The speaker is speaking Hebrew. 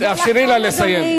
תאפשרי לה לסיים.